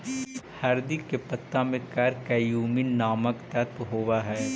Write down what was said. हरदी के पत्ता में करक्यूमिन नामक तत्व होब हई